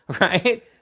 right